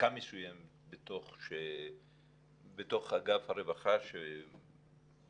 ובמחלקה מסוימת בתוך אגף הרווחה שברגעים